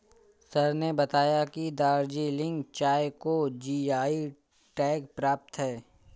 sir ने बताया कि दार्जिलिंग चाय को जी.आई टैग प्राप्त है